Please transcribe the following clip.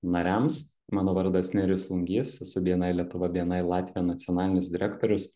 nariams mano vardas nerijus lungys esu bni lietuva bni latvija nacionalinis direktorius